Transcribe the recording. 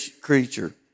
creature